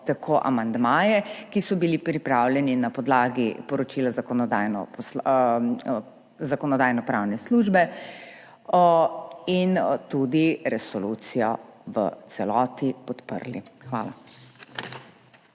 amandmaje, ki so bili pripravljeni na podlagi poročila Zakonodajno-pravne službe, in tudi resolucijo v celoti podprli. Hvala.